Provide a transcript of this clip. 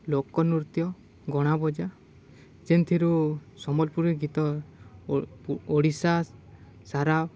ଲୋକ ନୃତ୍ୟ ଗଣାବଜା ଯେନ୍ଥିରୁ ସମ୍ବଲପୁରୀ ଗୀତ ଓଡ଼ିଶା ସାରା